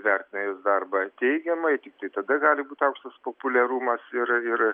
vertina jos darbą teigiamai tiktai tada gali būt aukštas populiarumas ir ir